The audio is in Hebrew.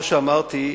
כמו שאמרתי,